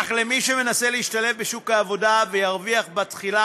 אך למי שמנסה להשתלב בשוק העבודה וירוויח בתחילה